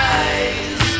eyes